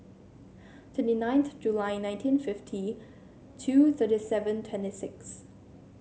twenty ninth July nineteen fifty two thirty seven twenty six